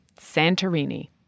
Santorini